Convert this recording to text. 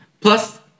Plus